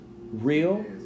real